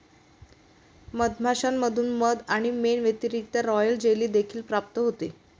मधमाश्यांमधून मध आणि मेण व्यतिरिक्त, रॉयल जेली देखील प्राप्त होते